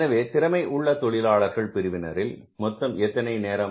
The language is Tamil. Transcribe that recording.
எனவே திறமை உள்ள தொழிலாளர்கள் பிரிவினரில் மொத்தம் எத்தனை நேரம்